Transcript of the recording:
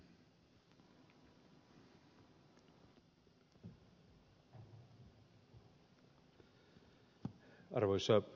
arvoisa puhemies